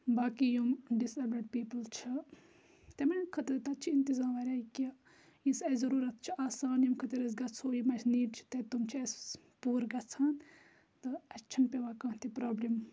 باقٕے یِم disabled people چھِ تِمَن خٲطرٕ تَتہِ چھِ اِنتظام وارِیاہ کہِ یُس اَسہِ ضرورت چھ آسان ییٚمہِ خٲطٕر أسۍ گَژھو یِم اَسہِ نیڈ چھ تِم چھِ اَسہِ پورٕ گَژھان تہٕ اَسہِ چھنہٕ پیٚوان کانٛہہ تہِ پرابلِم